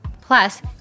Plus